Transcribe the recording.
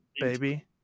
baby